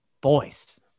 boys